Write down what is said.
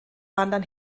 wandern